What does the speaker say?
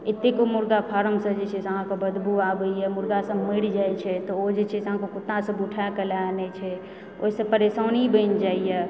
एतेक ओ मुर्ग़ा फारमसंँ जे छै से अहाँकेँ बदबू आबैए मुर्गासब मरि जाइत छै तऽ ओ जे छै से कुत्ता सब उठायक लए आनय छै ओहिसँ परेशानी बनि जाइए